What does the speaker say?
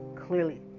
clearly